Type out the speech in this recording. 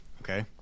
Okay